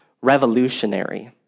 revolutionary